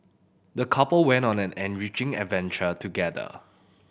the couple went on an enriching adventure together